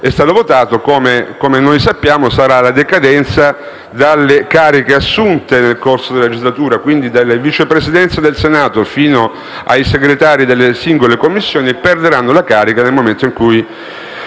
è stato votato, come sappiamo sarà la decadenza dalle cariche assunte nel corso della legislatura: dunque, dai Vice Presidenti del Senato fino ai Segretari delle singole Commissioni, si perderà la carica nel momento in cui